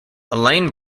elaine